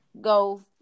go